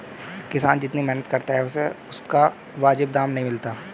किसान जितनी मेहनत करता है उसे उसका वाजिब दाम नहीं मिलता है